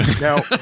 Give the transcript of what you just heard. Now